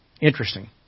Interesting